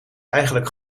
eigenlijk